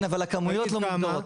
תגיד כמה,